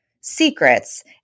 secrets